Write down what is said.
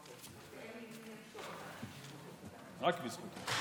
רק בזכותו.